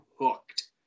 hooked